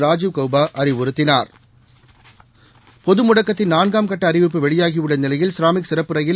ராஜீவ் கௌபா அறிவுறுத்தினார் பொது முடக்கத்தின் நான்காம் கட்ட அறிவிப்பு வெளியாகியுள்ள நிலையில் ஷராமிக் சிறப்பு ரயில்